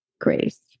Grace